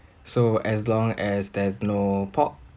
so as long as there's no pork